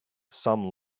some